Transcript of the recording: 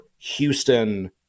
houston